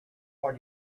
what